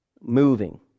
moving